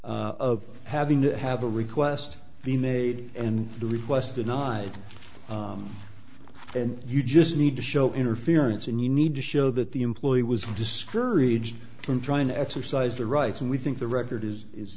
of having to have a request the made and the request denied and you just need to show interference and you need to show that the employee was discouraged from trying to exercise their rights and we think the record is